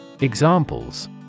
Examples